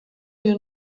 you